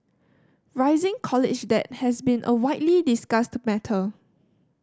rising college debt has been a widely discussed matter